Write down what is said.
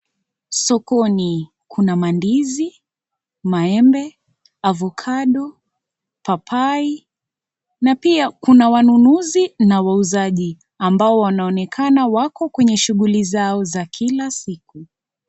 Sokoni, kuna mandizi, maembe, avocado ,papai na pia kuna wanunuzi na wauzaji, ambao wanaonekana wako kwenye shughuli zao za kila siku.